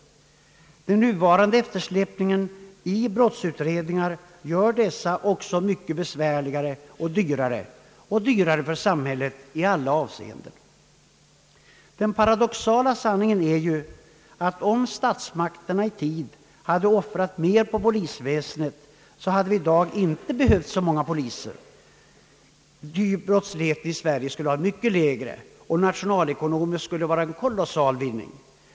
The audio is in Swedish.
Den nuvarande eftersläpningen i brottsutredningar gör också dessa mycket besvärligare och dyrare för samhället i alla avseenden. Den paradoxala sanningen är att om statsmakterna i tid hade offrat mera på polisväsendet, hade vi i dag inte behövt så många poliser, ty brottsligheten i Sverige skulle ha varit mycket lägre, och nationalekonomiskt skulle det vara en kolossal vinning.